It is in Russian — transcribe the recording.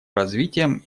развитием